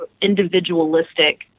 individualistic